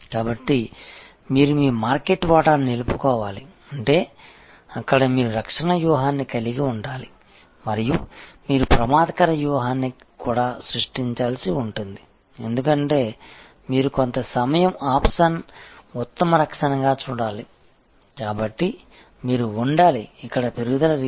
కాబట్టి మీరు మీ మార్కెట్ వాటాను నిలుపుకోవాలి అంటే అక్కడ మీరు రక్షణ వ్యూహాన్ని కలిగి ఉండాలి మరియు మీరు ప్రమాదకర వ్యూహాన్ని కూడా సృష్టించాల్సి ఉంటుంది ఎందుకంటే మీరు కొంత సమయం అఫెన్స్ ఉత్తమ రక్షణగా చూడాలి కాబట్టి మీరు ఉండాలి ఇక్కడ పెరుగుదల రీతిలో